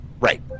Right